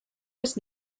was